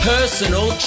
Personal